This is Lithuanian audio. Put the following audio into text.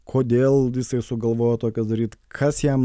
kodėl jisai sugalvojo tokias daryt kas jam